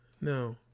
No